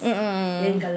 mm